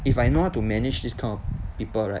if I know how to manage this kind of people right